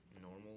normal